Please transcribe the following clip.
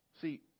see